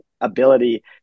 ability